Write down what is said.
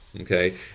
okay